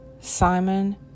Simon